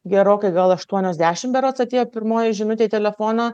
gerokai gal aštuonios dešim berods atėjo pirmoji žinutė į telefoną